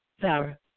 Sarah